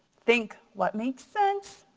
think, what makes sense.